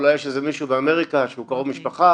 אולי יש מישהו באמריקה שהוא קרוב משפחה,